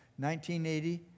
1980